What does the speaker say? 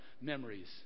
memories